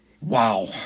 Wow